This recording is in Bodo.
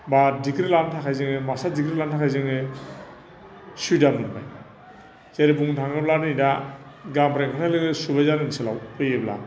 बा डिग्री लानो थाखाय जोङो मास्टार डिग्री लानो थाखाय जोङो सुबिदा मोनबाय जेरै बुंनो थाङोब्ला नै दा गामिनिफ्राय ओंखारनाय लोगो लोगो सुबायजार ओनसोलाव फैयोब्ला